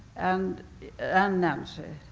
and and nancy,